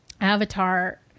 avatar